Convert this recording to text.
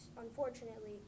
unfortunately